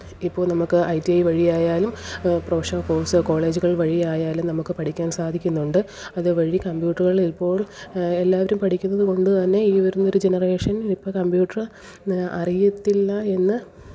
ഇപ്പോൾ നമ്മൾക്ക് I T I വഴി ആയാലും പ്രൊഫഷണല് കോഴ്സോ കോളേജുകൾ വഴി ആയാലും നമുക്ക് പഠിക്കാന് സാധിക്കുന്നുണ്ട് അതുവഴി കമ്പ്യൂട്ടറുളിലിപ്പോള് എല്ലാവരും പഠിക്കുന്നത് കൊണ്ട് തന്നെ ഈ വരുന്ന ഒരു ജനറേഷന് ഇപ്പോൾ കമ്പ്യൂട്ടറ് അറിയത്തില്ല എന്ന്